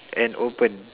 and open